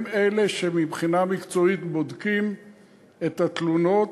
הם אלה שמבחינה מקצועית בודקים את התלונות,